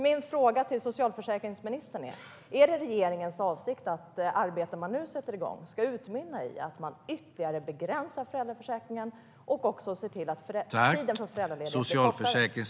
Min fråga till socialförsäkringsministern är: Är det regeringens avsikt att det arbete man nu sätter igång ska utmynna i att ytterligare begränsa föräldraförsäkringen och att tiden för föräldraledigheten blir kortare?